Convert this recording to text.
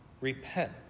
Repent